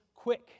Quick